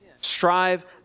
Strive